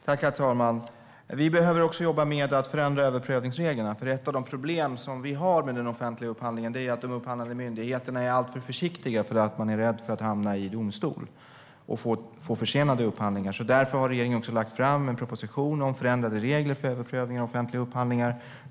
Herr talman! Vi behöver också jobba med att förändra överprövningsreglerna. Ett av de problem vi har med den offentliga upphandlingen är att de upphandlande myndigheterna är alltför försiktiga eftersom de är rädda att hamna i domstol och få försenade upphandlingar. Därför har regeringen också lagt fram en proposition om förändrade regler för överprövningar av offentliga upphandlingar.